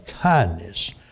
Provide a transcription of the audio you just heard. kindness